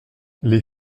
les